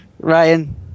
Ryan